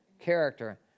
character